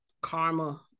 karma